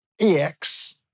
EX